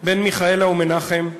בן מיכאלה ומנחם,